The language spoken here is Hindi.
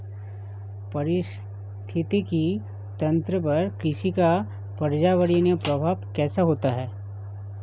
पारिस्थितिकी तंत्र पर कृषि का पर्यावरणीय प्रभाव कैसा होता है?